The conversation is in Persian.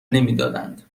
نمیدادند